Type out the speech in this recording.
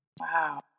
Wow